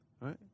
right